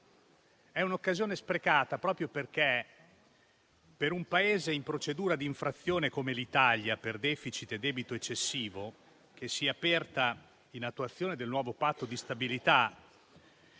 È un'occasione sprecata proprio perché il fatto che, per un Paese in procedura di infrazione come l'Italia per *deficit* e debito eccessivo, sia aperta in attuazione del nuovo Patto di stabilità